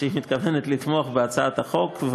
שהיא מתכוונת לתמוך בהצעת החוק,